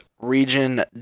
region